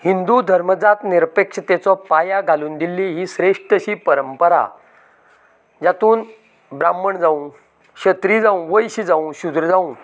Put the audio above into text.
हिंदू धर्मजात निरपेक्षतेचो पाया घालून दिल्ली ही श्रेश्ट अशी परंपरा जातूंत ब्राम्हण जावूं क्षत्रीय जावूं वैश्य जावूं शुद्र जावूं